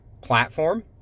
platform